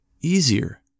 easier